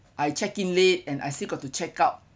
I check in late and I still got to check out